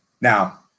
now